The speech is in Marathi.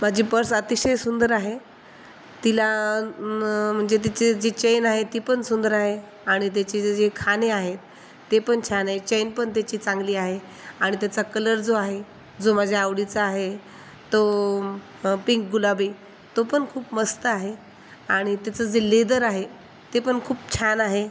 माझी पर्स अतिशय सुंदर आहे तिला म् म्हणजे तिची जी चैन आहे ती पण सुंदर आहे आणि त्याचे जे जे खण आहेत ते पण छान आहे चैन पण त्याची चांगली आहे आणि त्याचा कलर जो आहे जो माझ्या आवडीचा आहे तो पिंक गुलाबी तो पण खूप मस्त आहे आणि त्याचं जे लेदर आहे ते पण खूप छान आहे